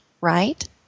right